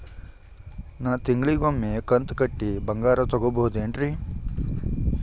ನಾ ತಿಂಗಳಿಗ ಒಮ್ಮೆ ಕಂತ ಕಟ್ಟಿ ಬಂಗಾರ ತಗೋಬಹುದೇನ್ರಿ?